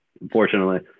unfortunately